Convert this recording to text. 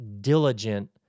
diligent